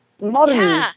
modern